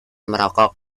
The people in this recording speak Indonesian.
merokok